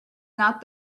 not